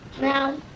Now